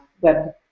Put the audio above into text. web